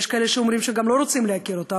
יש כאלה שאומרים שגם לא רוצים להכיר אותו,